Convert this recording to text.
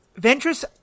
Ventress